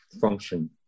function